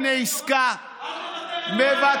הינה עסקה, אל תוותר